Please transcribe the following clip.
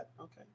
Okay